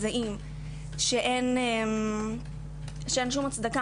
זהים היא לא מוצדקת.